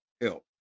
help